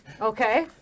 Okay